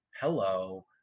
hello